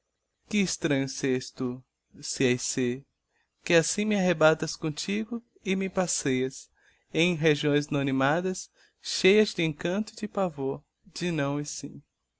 se és ser que assim me arrebatas comtigo e me passeias em regiões innominadas cheias de encanto e de pavor de não e sim